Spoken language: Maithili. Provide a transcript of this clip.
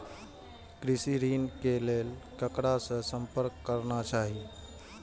कृषि ऋण के लेल ककरा से संपर्क करना चाही?